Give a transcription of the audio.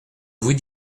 vous